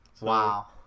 Wow